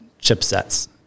chipsets